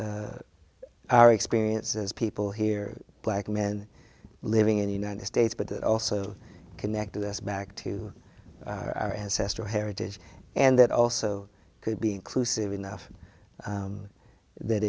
encompassed our experience as people here black men living in the united states but it also connected us back to our ancestral heritage and it also could be inclusive enough that